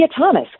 Thomas